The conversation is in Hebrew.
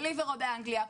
Deliveroo באנגליה,